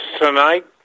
tonight